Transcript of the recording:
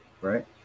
right